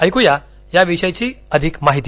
ऐकूया या विषयीची अधिक माहिती